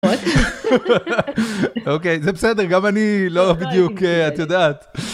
אוקיי, זה בסדר, גם אני לא בדיוק, את יודעת.